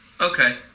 Okay